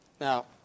Now